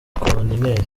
kontineri